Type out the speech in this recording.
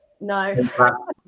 No